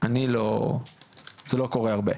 זה לא קורה הרבה.